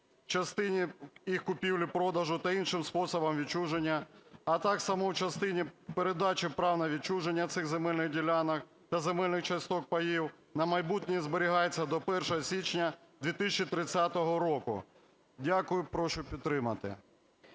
частині їх купівлі-продажу та іншим способом відчуження, а так само в частині передачі прав на відчуження цих земельних ділянок та земельних часток (паїв) на майбутнє зберігається до 1 січня 2030 року". Дякую. Прошу підтримати.